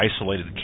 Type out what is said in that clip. isolated